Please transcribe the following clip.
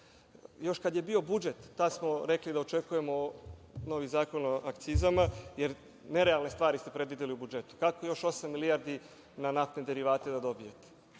još kada je bio budžet, tad smo rekli da očekujemo novi Zakon o akcizama, jer nerealne stvari ste predvideli u budžetu. Kako još osam milijardi na naftne derivate da dobijete?